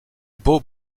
beau